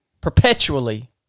perpetually